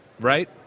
right